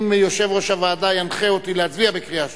אם יושב-ראש הוועדה ינחה אותי להצביע בקריאה שלישית.